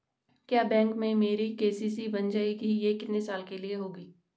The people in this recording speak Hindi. क्या बैंक में मेरी के.सी.सी बन जाएगी ये कितने साल के लिए होगी?